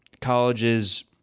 colleges